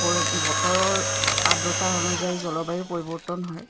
পৰি বতৰৰ আৰ্দ্ৰতাৰ অনুযায়ী জলবায়ু পৰিৱৰ্তন হয়